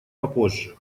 попозже